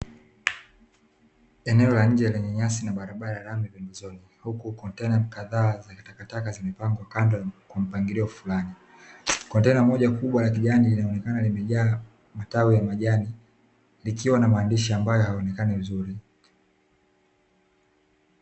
Eneo la nje lenye nyasi na barabara ya lami pembezoni, huku kontena kadhaa zina takataka zimepangwa kando kwa mpangilio fulani, kontena moja kubwa la kijani linaonekana limejaa matawi ya majani, likiwa na maandishi ambayo hayaonekani vizuri.